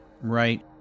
right